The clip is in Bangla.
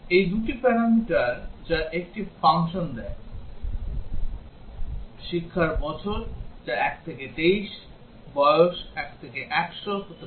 এই দুটি প্যারামিটার যা একটি ফাংশন নেয় শিক্ষার বছর যা 1 থেকে 23 এবং বয়স 1 থেকে 100 হতে পারে